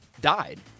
died